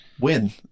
win